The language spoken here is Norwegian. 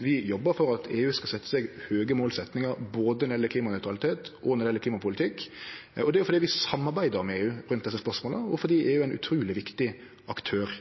vi jobbar for at EU skal setje seg høge mål, både når det gjeld klimanøytralitet, og når det gjeld klimapolitikk. Det er fordi vi samarbeider med EU om desse spørsmåla, og fordi EU er ein utruleg viktig aktør.